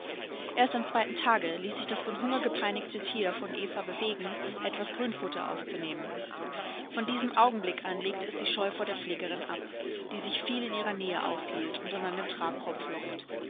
erst am zweiten tage ließ sich das von hunger gepeinigte tier von eva bewegen etwas grünfutter aufzunehmen von diesem augenblick an legte es die scheu vor der pflegerin ab die sich viel in ihrer nähe aufhielt und an einem